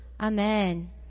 Amen